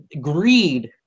greed